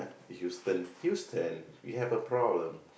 Houston Houston we have a problem